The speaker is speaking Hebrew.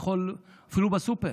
אפילו בסופר,